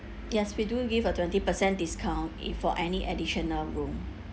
yes we do give a twenty percent discount if for any additional room